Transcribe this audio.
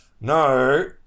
no